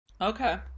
Okay